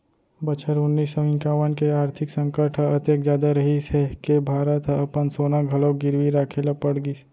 बछर उन्नीस सौ इंकावन के आरथिक संकट ह अतेक जादा रहिस हे के भारत ह अपन सोना घलोक गिरवी राखे ल पड़ गिस